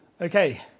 Okay